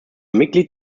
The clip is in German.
mitglied